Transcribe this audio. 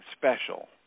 special